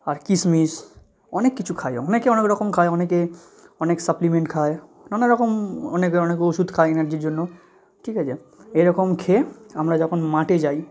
আর কিসমিস অনেক কিচু খাই অনেকে অনেক রকম খায় অনেকে অনেক সাপ্লিমেন্ট খায় নানা রকম অনেকে অনেক ওষুধ খায় এনার্জির জন্য ঠিক আচে এরকম খেয়ে আমরা যখন মাঠে যাই